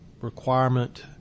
requirement